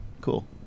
Cool